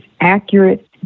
accurate